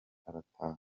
arataha